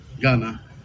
Ghana